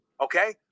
okay